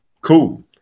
cool